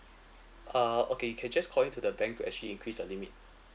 uh okay you can just call in to the bank to actually increase the limit